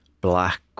black